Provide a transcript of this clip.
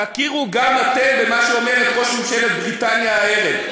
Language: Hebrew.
תכירו גם אתם במה שאומרת ראש ממשלת בריטניה הערב: